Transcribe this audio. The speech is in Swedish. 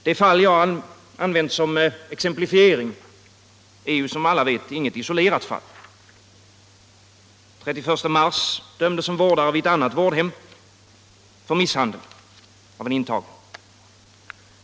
Det fall jag använde som exemplifiering är som alla vet inget isolerat fall. Den 31 mars dömdes en vårdare vid ett annat vårdhem för misshandel avenintagen.